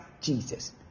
Jesus